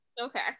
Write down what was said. Okay